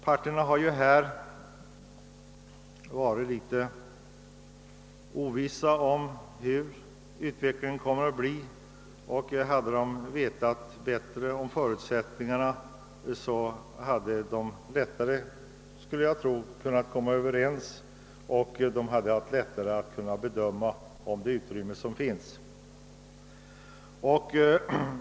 Parterna har ju varit något ovissa om hur utvecklingen skulle komma att gestalta sig. Hade de vetat mer om förutsättningarna tror jag att de lättare skulle ha kunnat komma överens, eftersom de då hade haft lättare att bedöma det utrymme som finns.